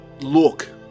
look